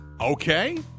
okay